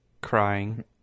crying